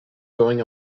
going